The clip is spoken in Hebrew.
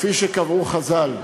כפי שקבעו חז"ל: